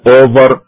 over